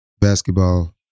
basketball